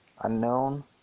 Unknown